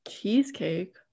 Cheesecake